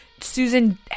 Susan